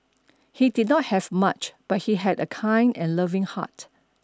he did not have much but he had a kind and loving heart